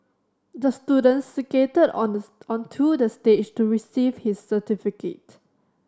the student skated on the onto the stage to receive his certificate